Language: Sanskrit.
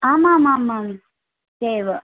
आमामामाम् एवम्